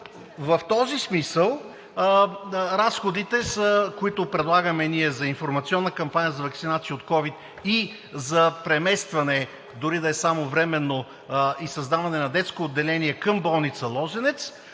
В този смисъл разходите, които предлагаме за информационна кампания за ваксинация от ковид и за преместване, дори да е само временно, и създаване на детско отделение към болница „Лозенец“,